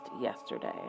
yesterday